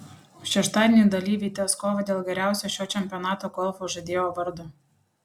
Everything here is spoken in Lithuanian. šeštadienį dalyviai tęs kovą dėl geriausio šio čempionato golfo žaidėjo vardo